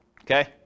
Okay